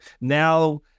Now